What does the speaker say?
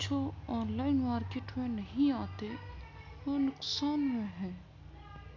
جو online market میں نہیں آتے وہ نقصان میں ہے